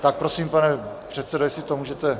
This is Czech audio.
Tak prosím, pane předsedo, jestli to můžete...